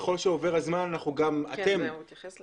ככל שעובר הזמן אתם גם --- הוא התייחס לזה.